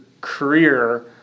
career